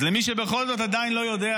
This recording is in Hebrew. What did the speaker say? אז למי שבכל זאת עדיין לא יודע,